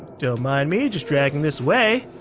don't mind me just dragging this away.